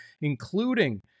including